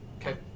Okay